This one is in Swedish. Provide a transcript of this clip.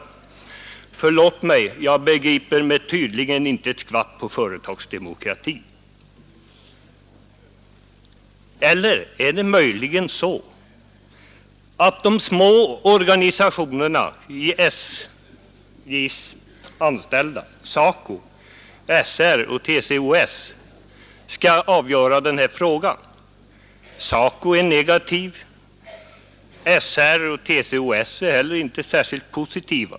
Förlåt mig, jag begriper mig tydligen inte ett skvatt på företagsdemokrati. Eller är det möjligen så att de små organisationerna bland SJ-anställda — SACO, SR och TCO-S — skall avgöra denna fråga? SACO är negativ, och SR och TCO-S är heller inte särskilt positiva.